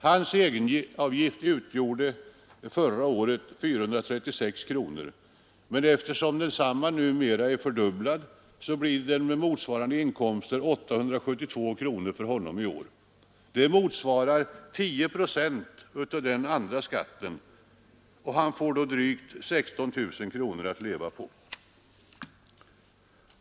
Hans egenavgift utgjorde förra året 436 kronor, men eftersom den numera är fördubblad, blir den med motsvarande inkomster 872 kronor för honom i år. Det motsvarar 10 procent av den andra skatten, och han får så drygt 16 000 kronor att leva på.